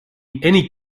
any